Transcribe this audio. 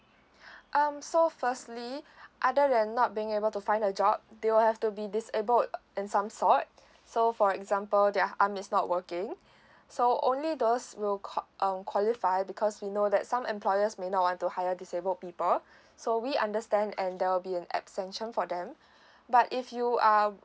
um so firstly other than not being able to find a job they will have to be disabled in some sort so for example their arm is not working so only those will qua~ um qualify because we know that some employers may not want to hire disabled people so we understand and there will be an extension for them but if you are